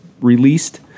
Released